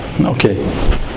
Okay